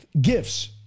gifts